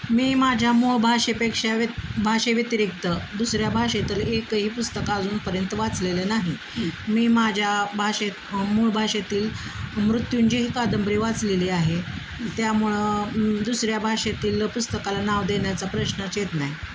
मी माझ्या मूळ भाषेपेक्षा व भाषेव्यतिरिक्त दुसऱ्या भाषेत एकही पुस्तकं अजूनपर्यंत वाचलेलं नाही मी माझ्या भाषेत मूळ भाषेतील मृत्यूंजय ही कादंबरी वाचलेली आहे त्यामुळं दुसऱ्या भाषेतील पुस्तकाला नाव देण्याचा प्रश्नच येत नाही